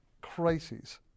crises